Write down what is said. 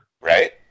Right